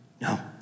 no